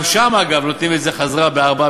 גם שם, אגב, נותנים את זה חזרה ב-4%.